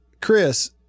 Chris